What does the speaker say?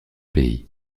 pays